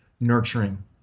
nurturing